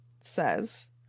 says